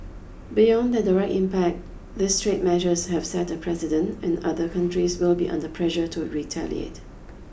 beyond their direct impact these trade measures have set a precedent and other countries will be under pressure to retaliate